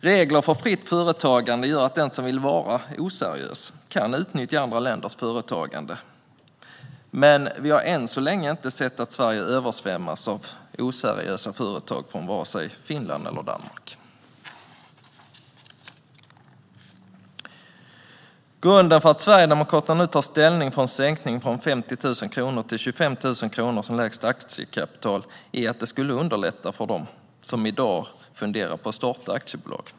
Regler för fritt företagande gör att den som vill vara oseriös kan utnyttja andra länders företagande, men vi har än så länge inte sett att Sverige översvämmas av oseriösa företag från vare sig Finland eller Danmark. Grunden till att Sverigedemokraterna nu tar ställning för en sänkning från 50 000 kronor till 25 000 kronor som lägsta aktiekapital är att det skulle underlätta för dem som i dag funderar på att starta aktiebolag.